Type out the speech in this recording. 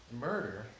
murder